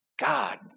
God